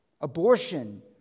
Abortion